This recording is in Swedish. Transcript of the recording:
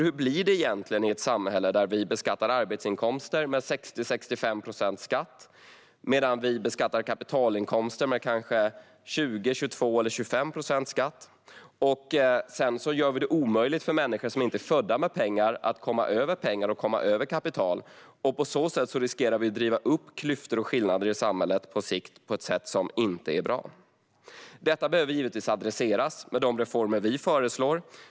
Hur blir det egentligen i ett samhälle där vi beskattar arbetsinkomster med 60-65 procents skatt medan vi beskattar kapitalinkomster med kanske 20, 22 eller 25 procents skatt? Sedan gör vi det omöjligt för människor som inte är födda med pengar att komma över pengar och kapital. Vi riskerar därigenom att på sikt driva fram klyftor och skillnader på ett sätt som inte är bra. Detta behöver givetvis adresseras med de reformer som vi föreslår.